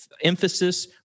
emphasis